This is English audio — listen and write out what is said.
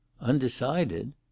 undecided